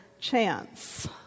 chance